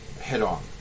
head-on